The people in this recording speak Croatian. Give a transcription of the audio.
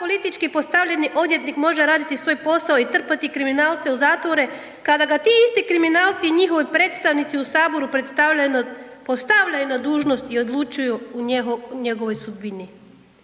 politički postavljeni odvjetnik može raditi svoj posao i trpati kriminalce u zatvore kada ga ti isti kriminalci i njihovi predstavnici u Saboru postavljaju na dužnost i odlučuju o njegovoj sudbini.